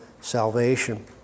salvation